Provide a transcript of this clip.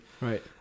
Right